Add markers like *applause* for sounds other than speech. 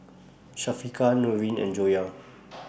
Syafiqah Nurin and Joyah *noise*